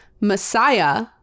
Messiah